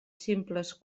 simples